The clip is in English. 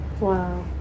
Wow